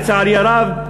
לצערי הרב,